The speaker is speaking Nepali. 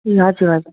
ए हजुर हजुर